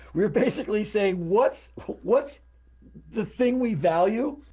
we're basically saying what's what's the thing we value.